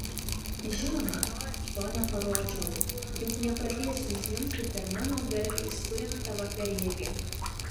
žinoma to neparodžiau juk nepradėsiu žliumbti per mano garbei surengtą vakarėlį